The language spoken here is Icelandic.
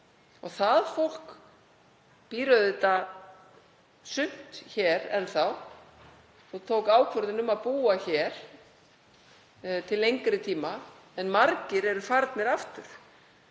Það fólk býr auðvitað sumt hér enn þá og tók ákvörðun um að búa hér til lengri tíma en margir eru farnir aftur.